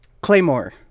Claymore